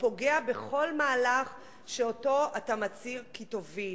פוגע בכל מהלך שאותו אתה מצהיר כי תוביל.